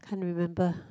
can't remember